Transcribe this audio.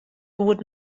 goed